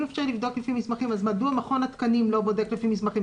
אם אפשרי לבדוק לפי מסמכים אז מדוע מכון התקנים לא בודק לפי מסמכים?